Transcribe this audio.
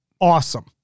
awesome